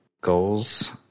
goals